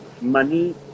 money